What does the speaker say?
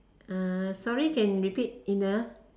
uh sorry can repeat in a